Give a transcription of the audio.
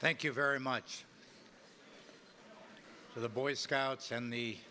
thank you very much for the boy scouts and the